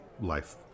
life